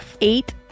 eight